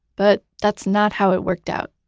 but that's not how it worked out.